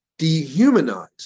dehumanize